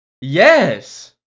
yes